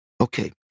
Okay